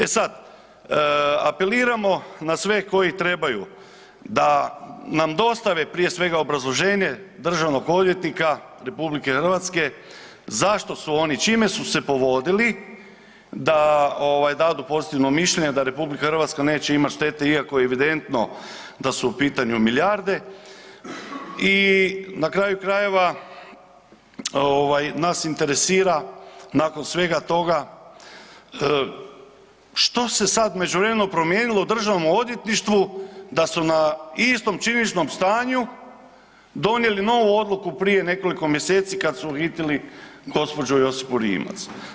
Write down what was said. E sad, apeliramo na sve koji trebaju da nam dostave prije svega obrazloženje državnog odvjetnika RH zašto su oni, čime su se povodili da ovaj dadu pozitivno mišljenje da RH neće imati štete iako je evidentno da su u pitanju milijarde i na kraju krajeva nas interesira nakon svega toga što se sad u međuvremenu promijenilo u Državnom odvjetništvu da su na istom činjeničnom stanju donijeli novu odluku prije nekoliko mjeseci kad su uhitili gospođu Josipu Rimac.